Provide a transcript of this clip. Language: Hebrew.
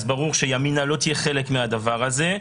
אז ברור שימינה לא תהיה חלק מהדבר הזה.